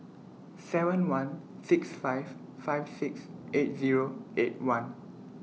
seven one six five five six eight Zero eight one